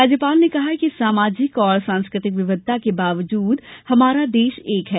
राज्यपाल ने कहा है कि सामाजिक और सांस्कृतिक विविधता के बावजूद हमारा देश एक है